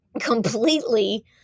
completely